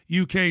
UK